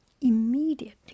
immediately